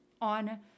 on